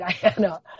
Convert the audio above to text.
Diana